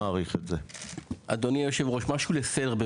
צה"ל,